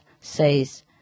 says